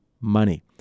money